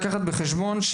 לקחת בחשבון,